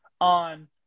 on